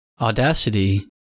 Audacity